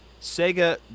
Sega